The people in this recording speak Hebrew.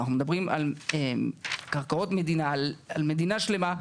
אחנו מדברים על קרקעות מדינה ומדינה שלמה.